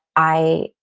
i.